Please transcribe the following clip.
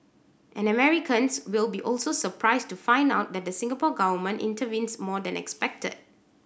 and Americans will be also surprised to find out that the Singapore Government intervenes more than expected